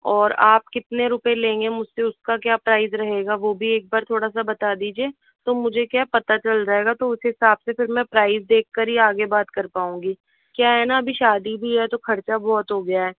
और आप कितने रुपए लेंगे मुझसे उसका क्या प्राइस रहेगा वो भी एक बार थोड़ा सा बता दीजिए तो मुझे क्या पता चल जाएगा तो उस हिसाब से फिर मैं प्राइस देख कर ही आगे बात कर पाऊंगी क्या है ना अभी शादी भी है तो खर्चा बहुत हो गया है